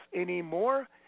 anymore